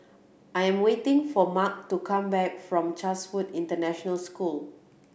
I am waiting for Mark to come back from Chatsworth International School